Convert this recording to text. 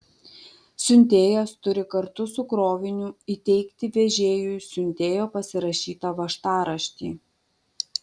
siuntėjas turi kartu su kroviniu įteikti vežėjui siuntėjo pasirašytą važtaraštį